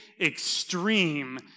extreme